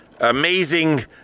amazing